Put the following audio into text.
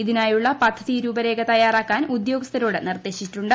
ഇതിനായുള്ള പദ്ധതി രൂപരേഖ തയ്യാറാക്കാൻ ഉദ്യോഗസ്ഥരോട് നിർദ്ദേശിച്ചിട്ടുണ്ട്